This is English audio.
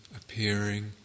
appearing